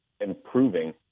improving